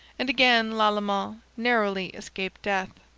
and again lalemant narrowly escaped death.